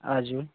हजुर